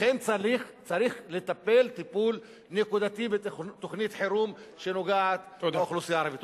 לכן צריך לטפל טיפול נקודתי בתוכנית חירום שנוגעת לאוכלוסייה הערבית.